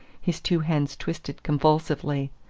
his two hands twisted convulsively.